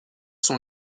sont